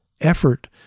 Effort